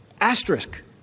Asterisk